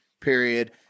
period